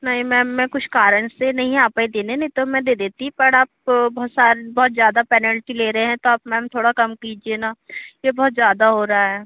नहीं मैम मैं कुछ कारण से नहीं आ पाई देने नहीं तो मैं दे देती पर आप बहुत सा बहुत ज़्यादा पेनल्टी ले रहे हैं तो आप मैम थोड़ा कम कीजिए न यह बहुत ज़्यादा हो रहा है